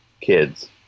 kids